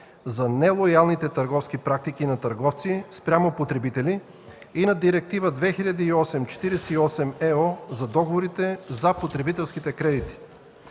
за нелоялните търговски практики на търговци спрямо потребители, и на Директива 2008/48/ЕО за договорите за потребителските кредити.